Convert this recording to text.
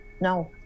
no